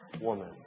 woman